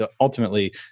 Ultimately